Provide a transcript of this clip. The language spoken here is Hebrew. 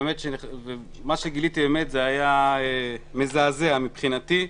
מה שגיליתי היה מזעזע, מבחינתי.